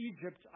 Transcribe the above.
Egypt